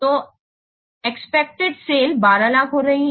तो expected sale 1200000 हो रही है